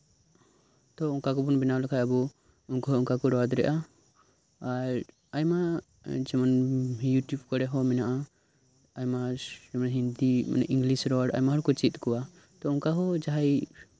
ᱛᱚ ᱚᱱᱠᱟ ᱜᱮᱵᱚᱱ ᱵᱮᱱᱟᱣ ᱞᱮᱠᱷᱟᱱ ᱟᱵᱚ ᱩᱱᱠᱩ ᱦᱚᱸ ᱚᱱᱠᱟ ᱠᱚ ᱨᱚᱲ ᱫᱟᱲᱮᱭᱟᱜᱼᱟ ᱟᱨ ᱟᱭᱢᱟ ᱡᱮᱢᱚᱱ ᱤᱭᱩᱴᱩᱵᱽ ᱠᱚᱨᱮᱦᱚᱸ ᱢᱮᱱᱟᱜᱼᱟ ᱟᱭᱢᱟ ᱦᱤᱱᱫᱤ ᱤᱝᱞᱤᱥ ᱨᱚᱲ ᱮᱢᱚᱱ ᱠᱚ ᱪᱮᱫ ᱟᱠᱚᱣᱟ ᱛᱚ ᱚᱱᱠᱟᱦᱚᱸ ᱡᱟᱦᱟᱭ